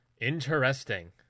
interesting